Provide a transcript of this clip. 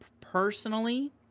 personally